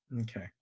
Okay